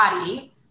body